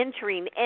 entering